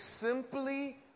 simply